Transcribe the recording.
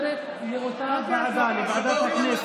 לוועדה למעמד האישה.